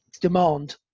demand